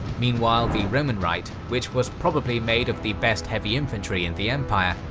meanwhile, the roman right, which was probably made of the best heavy infantry in the empire,